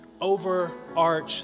overarch